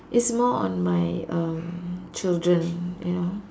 it's more on my um children you know